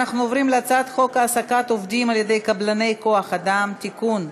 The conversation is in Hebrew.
אנחנו עוברים להצעת חוק העסקת עובדים על ידי קבלני כוח אדם (תיקון,